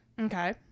Okay